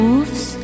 Moves